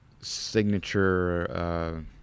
signature